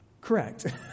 Correct